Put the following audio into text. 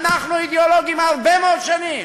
אנחנו אידיאולוגים הרבה מאוד שנים,